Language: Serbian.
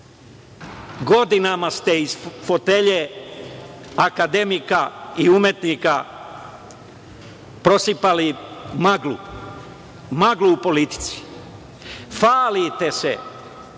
godinama ste iz fotelje akademika i umetnika prosipali maglu, maglu u politici. Hvalite se